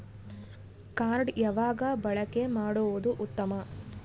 Card ಯಾವಾಗ ಬಳಕೆ ಮಾಡುವುದು ಉತ್ತಮ?